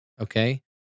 okay